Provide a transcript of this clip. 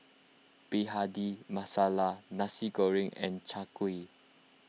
Bhindi Masala Nasi Goreng and Chai Kuih